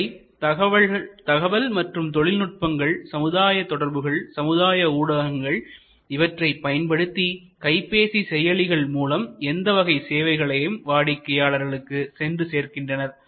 இவை தகவல் மற்றும் தொழில்நுட்பங்கள் சமுதாய தொடர்புகள்சமுதாய ஊடகங்கள் இவற்றைப் பயன்படுத்தி கைபேசி செயலிகள் மூலம் எந்த வகை சேவைகளையும் வாடிக்கையாளர்களுக்கு சென்று சேர்கின்றனர்